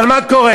אבל מה קורה?